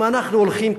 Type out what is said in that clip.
אם אנחנו הולכים,